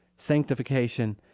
sanctification